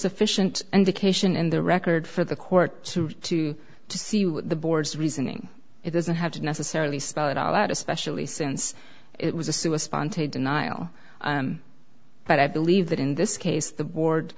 sufficient indication in the record for the court to to see the board's reasoning it doesn't have to necessarily spell it all out especially since it was a sewer sponte denial but i believe that in this case the board